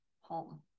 home